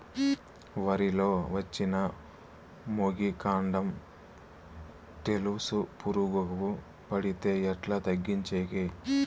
వరి లో వచ్చిన మొగి, కాండం తెలుసు పురుగుకు పడితే ఎట్లా తగ్గించేకి?